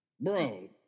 bro